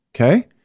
Okay